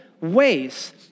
ways